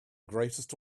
greatest